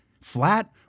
flat